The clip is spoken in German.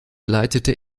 leitete